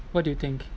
what do you think